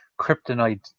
kryptonite